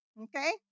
Okay